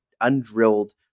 undrilled